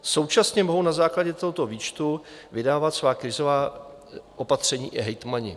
Současně mohou na základě tohoto výčtu vydávat svá krizová opatření i hejtmani.